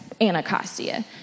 Anacostia